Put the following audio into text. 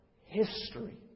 history